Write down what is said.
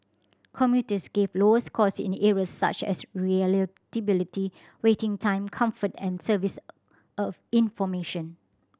commuters gave lower scores in areas such as reliability waiting time comfort and service of information